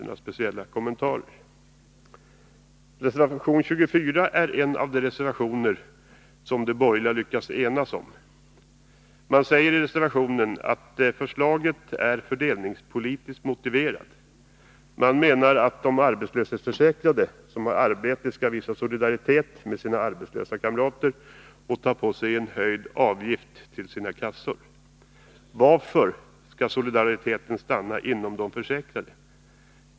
Några speciella kommentarer behövs således inte. En av de reservationer där de borgerliga har lyckats ena sig är reservation Nr 117 24. Man talar om en fördelningspolitisk motivering. Man menar att de Onsdagen den arbetslöshetsförsäkrade som har arbete skall visa solidaritet gentemot sina — 13 april 1983 arbetslösa kamrater och ta på sig ansvaret att erlägga en högre avgift till sina kassor. Men varför skall bara de försäkrade visa en sådan solidaritet?